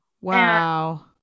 wow